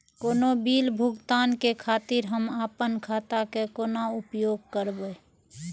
कोनो बील भुगतान के खातिर हम आपन खाता के कोना उपयोग करबै?